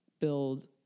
build